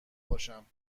باشم